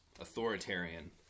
authoritarian